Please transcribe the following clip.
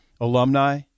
alumni